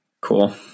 Cool